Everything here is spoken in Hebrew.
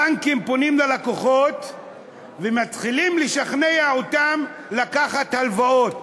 הבנקים פונים ללקוחות ומתחילים לשכנע אותם לקחת הלוואות,